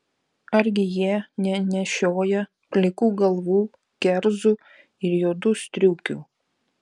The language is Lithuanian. argi jie nenešioja plikų galvų kerzų ir juodų striukių